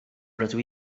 rydw